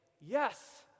Yes